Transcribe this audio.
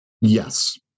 Yes